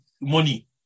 money